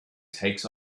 takes